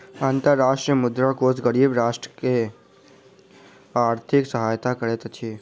अंतर्राष्ट्रीय मुद्रा कोष गरीब राष्ट्र के आर्थिक सहायता करैत अछि